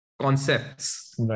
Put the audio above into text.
concepts